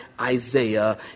Isaiah